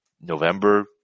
November